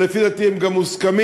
שלפי דעתי הם גם מוסכמים.